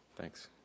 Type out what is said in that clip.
Thanks